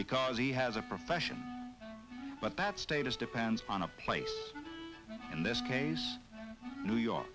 because he has a profession but that status depends on a place in this case new york